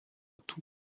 tous